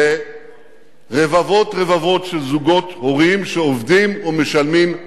לרבבות רבבות של זוגות הורים שעובדים ומשלמים מס.